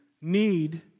need